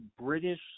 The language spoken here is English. British –